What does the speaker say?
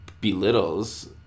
belittles